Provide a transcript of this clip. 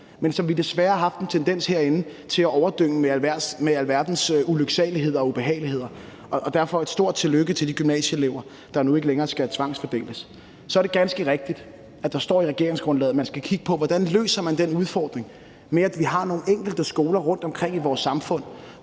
men som vi desværre herinde har haft en tendens til at overdynge med alverdens ulyksaligheder og ubehageligheder. Derfor et stort tillykke til de gymnasieelever, der nu ikke længere skal tvangsfordeles. Så er det ganske rigtigt, at der står i regeringsgrundlaget, at man skal kigge på, hvordan man løser den udfordring, at vi har nogle enkelte skoler rundtomkring i vores samfund,